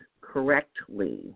correctly